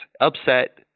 Upset